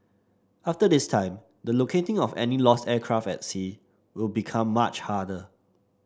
after this time the locating of any lost aircraft at sea will become much harder